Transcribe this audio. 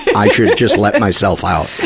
i should just let myself out.